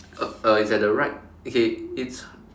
uh uh it's at the right okay it's